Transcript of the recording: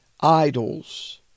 idols